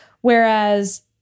Whereas